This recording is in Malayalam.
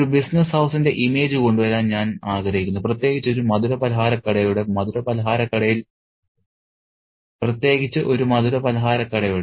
ഒരു ബിസിനസ്സ് ഹൌസിന്റെ ഇമേജ് കൊണ്ടുവരാൻ ഞാൻ ആഗ്രഹിക്കുന്നു പ്രത്യേകിച്ച് ഒരു മധുരപലഹാരക്കടയുടെ